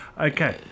Okay